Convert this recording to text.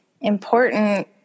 important